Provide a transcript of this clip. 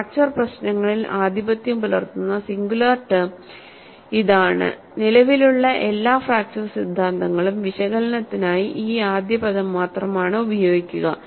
fracture പ്രശ്നങ്ങളിൽ ആധിപത്യം പുലർത്തുന്ന സിംഗുലാർ ടെം ഇതാണ് നിലവിലുള്ള എല്ലാ ഫ്രാക്ചർ സിദ്ധാന്തങ്ങളും വിശകലനത്തിനായി ഈ ആദ്യ പദം മാത്രം ആണ് ഉപയോഗിക്കുക